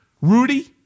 Rudy